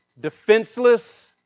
defenseless